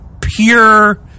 pure